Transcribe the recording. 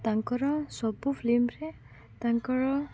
ତାଙ୍କର ସବୁ ଫିଲ୍ମରେ ତାଙ୍କର